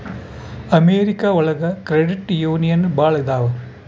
America ಒಳಗ credit union ಭಾಳ ಇದಾವ